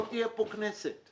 לא תהיה כאן כנסת.